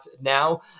now